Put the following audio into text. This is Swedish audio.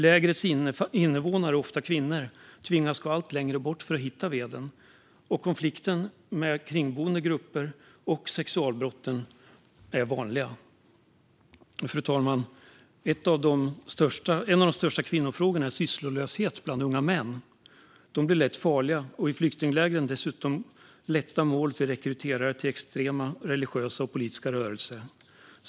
Lägrens invånare, ofta kvinnor, tvingas gå allt längre bort för att hitta veden, och konflikter med kringboende grupper, liksom sexualbrott, är vanliga. Fru talman! En av de största kvinnofrågorna är sysslolöshet bland unga män. De blir lätt farliga och i flyktinglägren dessutom lätta mål för rekryterare till extrema religiösa och politiska rörelser.